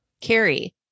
Carrie